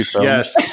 yes